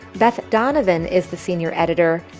beth donovan is the senior editor.